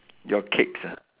your cakes ah